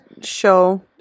show